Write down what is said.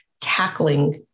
tackling